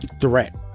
threat